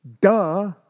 Duh